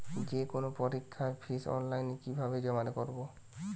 যে কোনো পরীক্ষার ফিস অনলাইনে কিভাবে জমা করব?